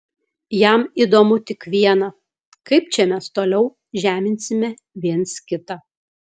jam įdomu tik viena kaip čia mes toliau žeminsime viens kitą